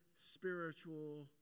spiritual